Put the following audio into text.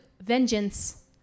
vengeance